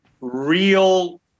real